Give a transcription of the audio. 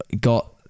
got